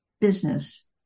Business